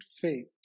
faith